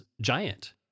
giant